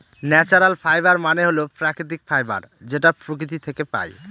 natural fibre মানে হল প্রাকৃতিক ফাইবার যেটা প্রকৃতি থাকে পাই